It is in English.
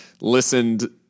listened